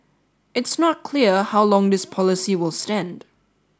it's not clear how long this policy will stand